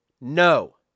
No